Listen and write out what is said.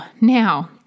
Now